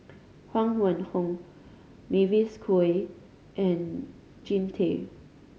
Huang Wenhong Mavis Khoo Oei and Jean Tay